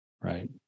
Right